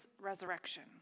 resurrection